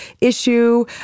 issue